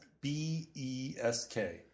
B-E-S-K